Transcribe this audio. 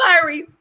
fiery